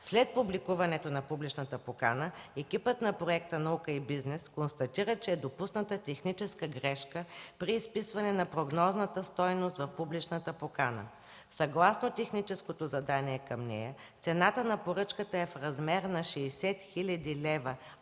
След публикуването на публичната покана, екипът на Проекта „Наука и бизнес” констатира, че е допусната техническа грешка при изписване на прогнозната стойност в публичната покана. Съгласно техническото задание към нея, цената на поръчката е в размер на 60 хил. лв.,